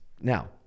Now